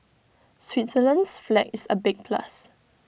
Switzerland's flag is A big plus